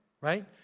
Right